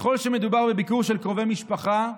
ככל שמדובר בביקור של קרובי משפחה,